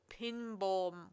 Pinball